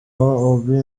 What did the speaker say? obi